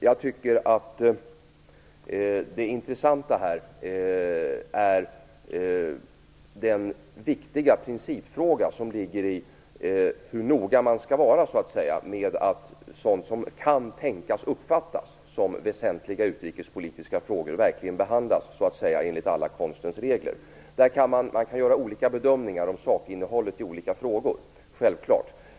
Jag tycker att det intressanta är den viktiga principfråga som gäller hur noga man skall vara med att sådant som kan tänkas uppfattas som väsentliga utrikespolitiska frågor verkligen behandlas enligt alla konstens regler. Man kan självfallet göra olika bedömningar av sakinnehållet i olika frågor.